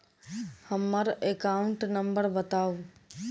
हम्मर account number बताऊ?